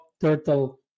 Turtle